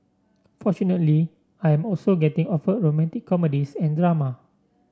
fortunately I am also getting offered romantic comedies and drama